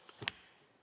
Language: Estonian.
Kõik